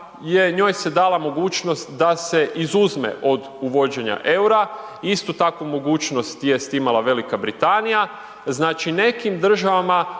njoj se dala mogućnost da se izuzme od uvođenja eura, istu takvu mogućnost jest imala Velika Britanija, znači nekim državama